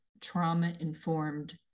trauma-informed